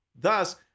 thus